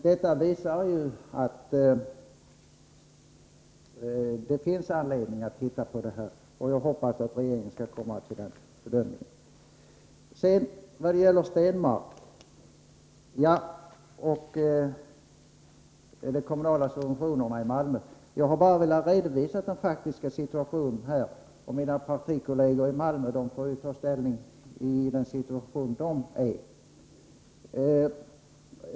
Detta visar ju att det finns anledning att se på frågan. Jag hoppas att också regeringen kommer till den bedömningen. Sedan till Per Stenmarck om de kommunala subventionerna. Jag har bara velat redovisa den faktiska situationen. Mina partikolleger i Malmö får ta ställning utifrån den situation de befinner sig i.